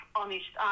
Honest